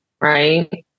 Right